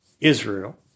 Israel